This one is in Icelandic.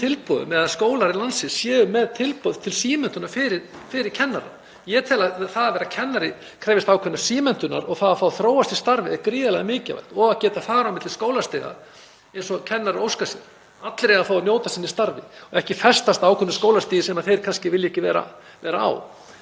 standi fyrir tilboðum eða skólar landsins séu með tilboð um símenntun fyrir kennara. Ég tel að það að vera kennari krefjist ákveðinnar símenntunar og það að fá að þróast í starfi er gríðarlega mikilvægt og að geta farið á milli skólastiga eins og kennarar óska sér. Allir eiga að fá að njóta sín í starfi, ekki festast á ákveðnu skólastigi sem þeir kannski vilja ekki vera á.